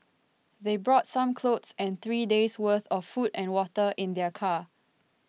they brought some clothes and three days' worth of food and water in their car